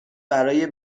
برای